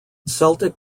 celtic